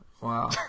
wow